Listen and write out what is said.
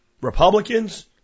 Republicans